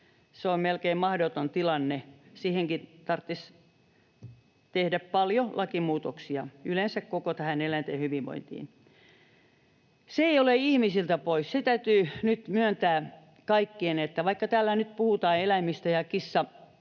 on melkein mahdoton tilanne. Siihenkin tarvitsisi tehdä paljon lakimuutoksia, yleensä koko tähän eläinten hyvinvointiin. Se ei ole ihmisiltä pois. Se täytyy nyt kaikkien myöntää, että vaikka täällä nyt puhutaan eläimistä ja kissojen